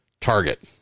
target